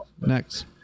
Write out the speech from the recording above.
next